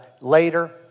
later